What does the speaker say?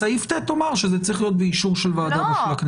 בסעיף (ט) אני אומר שזה צריך להיות באישור של ועדה בכנסת.